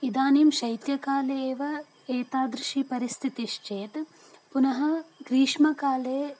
इदानीं शैत्यकाले एव एतादृशी परिस्थितिश्चेत् पुनः ग्रीष्मकाले